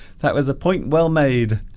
that was a point well made